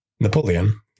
Napoleon